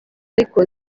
ariko